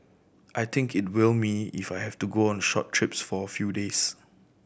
I think it will me if I have to go on short trips for a few days